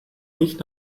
nicht